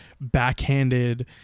backhanded